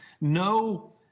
no